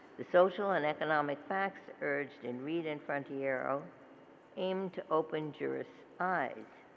the social and economic facts urged in reed and frontiero aimed to open jurors' eyes.